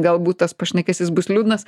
galbūt tas pašnekesys bus liūdnas